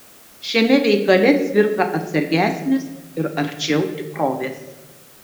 šiame veikale cvirka atsargesnis ir arčiau tikrovės